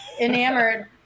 enamored